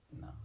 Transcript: No